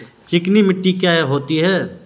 चिकनी मिट्टी क्या होती है?